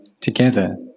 together